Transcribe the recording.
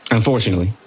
Unfortunately